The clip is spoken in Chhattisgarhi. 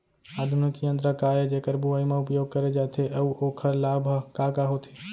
आधुनिक यंत्र का ए जेकर बुवाई म उपयोग करे जाथे अऊ ओखर लाभ ह का का होथे?